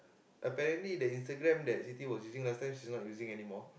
apparently the Instagram that Siti was using last time she's not using anymore